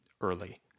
early